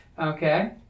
Okay